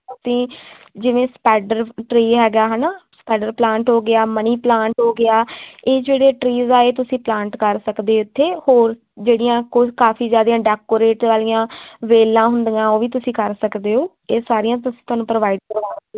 ਤੁਸੀਂ ਜਿਵੇਂ spider tree ਹੈਗਾ ਹੈ ਨਾ ਸਪੈਡਰ ਪਲਾਂਟ ਹੋ ਗਿਆ ਮਨੀ ਪਲਾਂਟ ਹੋ ਗਿਆ ਇਹ ਜਿਹੜੇ ਟਰੀਜ਼ ਆ ਇਹ ਤੁਸੀਂ ਪਲਾਂਟ ਕਰ ਸਕਦੇ ਇੱਥੇ ਹੋਰ ਜਿਹੜੀਆਂ ਕੁਝ ਕਾਫੀ ਜ਼ਿਆਦਾ ਡੈਕੋਰੇਟ ਵਾਲੀਆਂ ਵੇਲਾਂ ਹੁੰਦੀਆਂ ਉਹ ਵੀ ਤੁਸੀਂ ਕਰ ਸਕਦੇ ਹੋ ਇਹ ਸਾਰੀਆਂ ਤੁਸੀਂ ਤੁਹਾਨੂੰ ਪ੍ਰੋਵਾਈਡ ਕਰਵਾਵਾਂਗੇ